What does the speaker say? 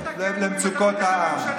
על מי תשמרו?